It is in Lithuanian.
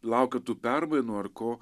laukia tų permainų ar ko